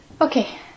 Okay